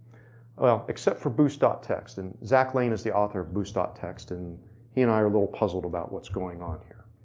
ah except for boost ah text, and zach laine is the author of boost ah text and he and i are a little puzzled about what's going on here.